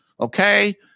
Okay